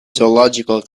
zoological